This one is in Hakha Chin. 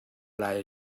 lai